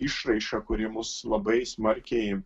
išraiška kuri mus labai smarkiai